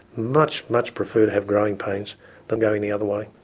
much, much prefer to have growing pains than going the other way.